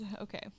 okay